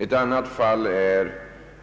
Ett annat fall är